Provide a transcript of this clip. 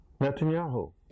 Netanyahu